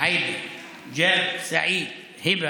עאידה, ג'אבר, סעיד, היבה,